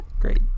Great